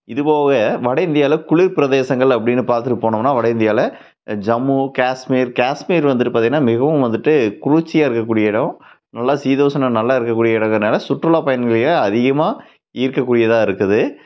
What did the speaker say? இது போக வட இந்தியாவில குளிர் பிரதேசங்கள் அப்படினு பார்த்துட்டு போனமுனா வட இந்தியாவில ஜம்மு காஷ்மீர் காஷ்மீர் வந்துவிட்டு பார்த்திங்கனா மிகவும் வந்துட்டு குளிர்ச்சியாக இருக்கக்கூடிய இடோம் நல்லா சீதோஷனம் நல்லா இருக்கக்கூடிய இடோங்குறனால சுற்றுலாப யணிகளையே அதிகமாக ஈர்க்க கூடியதாக இருக்குது